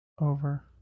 Over